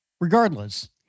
regardless